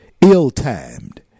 ill-timed